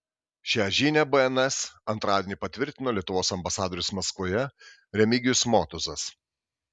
šią žinią bns antradienį patvirtino lietuvos ambasadorius maskvoje remigijus motuzas